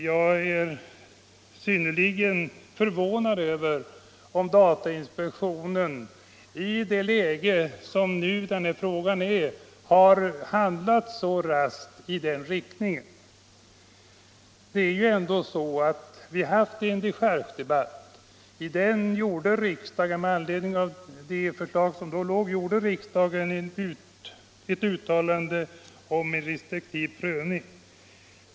Jag är synnerligen förvånad över om datainspektionen, i det läge som den här frågan nu befinner sig i, har handlat så raskt i den riktningen. Vi har ändå haft en dechargedebatt. och med anledning av det förslag som då förelåg gjorde riksdagen ett uttalande om en restriktiv prövning.